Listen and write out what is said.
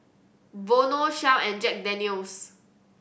Vono Shell and Jack Daniel's